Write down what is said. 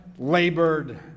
labored